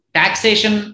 taxation